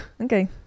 Okay